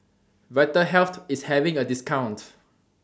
Vitahealth IS having A discount